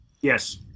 Yes